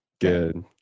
Good